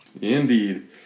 Indeed